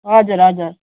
हजुर हजुर